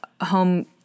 home